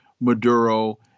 Maduro